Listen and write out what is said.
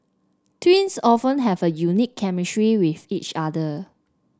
twins often have a unique chemistry with each other